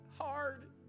hard